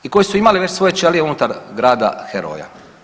I koji su imali već svoje ćelije unutar grada heroja.